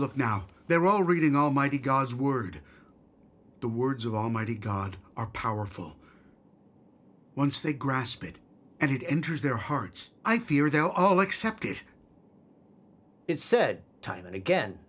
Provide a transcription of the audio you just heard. look now they're all reading almighty god's word the words of almighty god are powerful once they grasp it and it enters their hearts i fear they're all except it is said time and again